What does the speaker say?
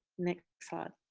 next slide,